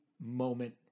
moment